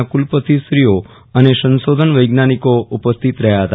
ના કુલપતિ શ્રીઓ અને સંશોધન વૈજ્ઞાનિકો ઉપસ્થિત રહ્યા હતા